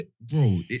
bro